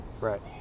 Right